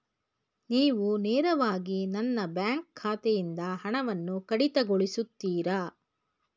ನೀವು ನೇರವಾಗಿ ನನ್ನ ಬ್ಯಾಂಕ್ ಖಾತೆಯಿಂದ ಹಣವನ್ನು ಕಡಿತಗೊಳಿಸುತ್ತೀರಾ?